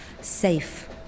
safe